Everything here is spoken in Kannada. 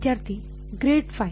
ವಿದ್ಯಾರ್ಥಿ ಗ್ರಾಡ್ ಫೈ